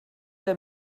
der